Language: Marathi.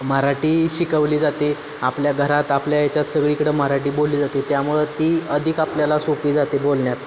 मराठी शिकवली जाते आपल्या घरात आपल्या याच्यात सगळीकडं मराठी बोलली जाते त्यामुळं ती अधिक आपल्याला सोपी जाते बोलण्यात